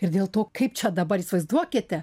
ir dėl to kaip čia dabar įsivaizduokite